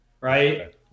right